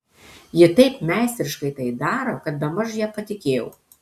ji taip meistriškai tai daro kad bemaž ja patikėjau